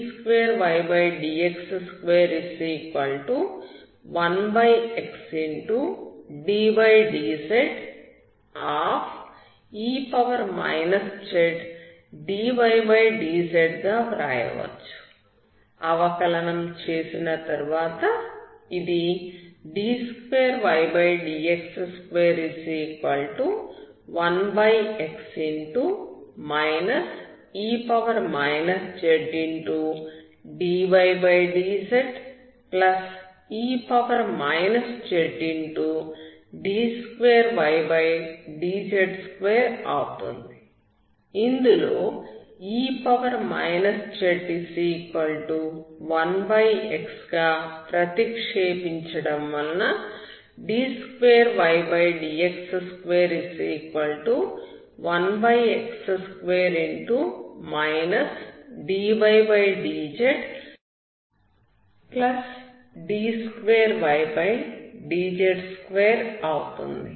e zdydz గా వ్రాయవచ్చు అవకలనం చేసిన తర్వాత ఇది d2ydx21x e zdydze zd2ydz2 అవుతుంది ఇందులో e z1x గా ప్రతిక్షేపించడం వల్ల d2ydx21x2 dydzd2ydz2 అవుతుంది